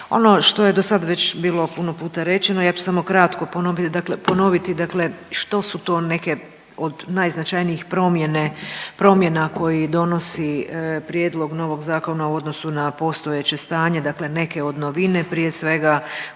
Ono što je dosada već bilo puno puta rečeno ja ću samo kratko ponoviti dakle što to neke od najznačajnijih promjene, promjena koje donosi prijedlog novog zakona u odnosu na postojeće stanje, dakle neke od novine. Prije svega